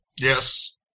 Yes